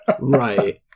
Right